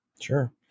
Sure